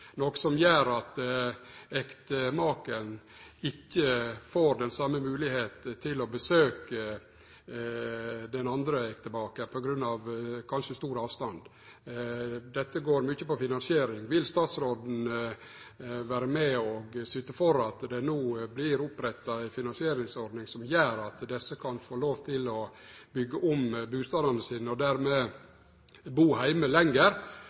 noko som gjer at ektemaken kanskje ikkje får moglegheit til å besøke den andre ektemaken på grunn av stor avstand. Dette går mykje på finansiering. Vil statsråden vere med og syte for at det no vert oppretta ei finansieringsordning som gjer at desse kan få lov til å byggje om bustaden sin og dermed bu heime lenger,